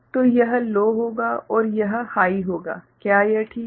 तो यह लो होगा और यह हाइ होगा क्या यह ठीक है